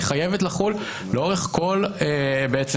היא חייבת לחול לאורך כל התקופה.